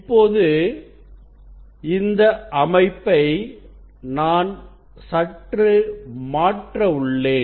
இப்பொழுது இந்த அமைப்பை நான் சற்று மாற்ற உள்ளேன்